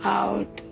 out